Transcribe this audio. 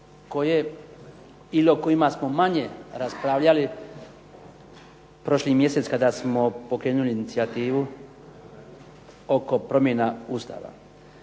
koje ili o kojima smo manje raspravljali prošli mjesec kada smo pokrenuli inicijativu oko promjena Ustava.